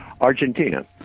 Argentina